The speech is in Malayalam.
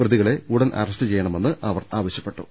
പ്രതികളെ ഉടൻ അറസ്റ്റ് ചെയ്യണ മെന്ന് അവർ ആവശ്യപ്പെട്ടു